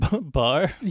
bar